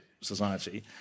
society